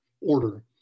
Order